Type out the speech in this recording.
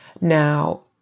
Now